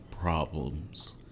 problems